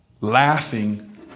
laughing